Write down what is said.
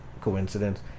coincidence